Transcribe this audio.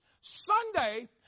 Sunday